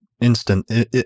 instant